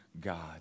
God